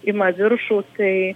ima viršų tai